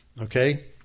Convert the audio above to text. Okay